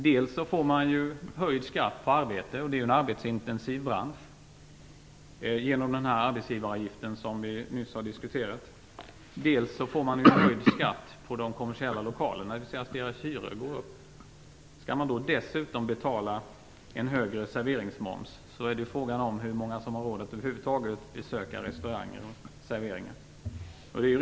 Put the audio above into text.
Dels får man en höjd skatt på arbete - det är en arbetsintensiv bransch - genom höjd arbetsgivaravgift, dels får man höjd skatt på de kommersiella lokalerna när hyran går upp. När man dessutom skall betala en högre serveringsmoms, är frågan hur många som har råd att över huvud taget besöka restauranger eller andra serveringsställen.